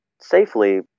safely